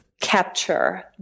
capture